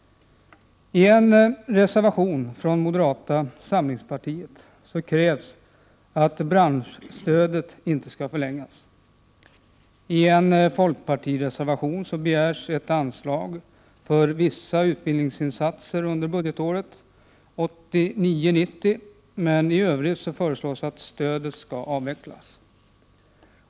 I en reservation från moderata samlingspartiet krävs att branschstödet inte skall förlängas. I en folkpartireservation begärs ett anslag för vissa utbildningsinsatser under budgetåret 1989/90, men i övrigt föreslås att stödet skall avvecklas.